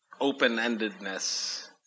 open-endedness